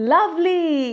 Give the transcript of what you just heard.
Lovely